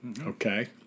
Okay